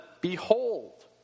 Behold